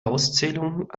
auszählung